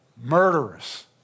Murderous